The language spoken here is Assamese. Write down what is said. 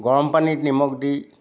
গৰম পানীত নিমখ দি